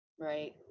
Right